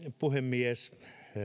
puhemies